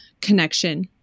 connection